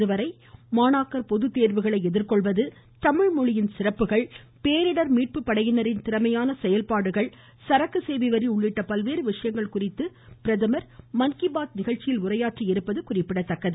இதுவரை மாணாக்கர் பொதுத்தேர்வுகளை எதிர்கொள்வது தமிழ்மொழியின் சிறப்புகள் பேரிடர் மீட்பு படையினரின் திறமையான செயல்பாடுகள் சரக்கு சேவை வரி உள்ளிட்ட பல்வேறு விஷயங்கள் குறித்து பிரதமர் உரையாற்றியுள்ளது குறிப்பிடத்தக்கது